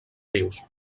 rius